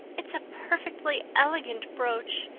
it's a perfectly elegant brooch.